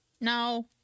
No